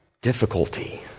difficulty